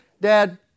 Dad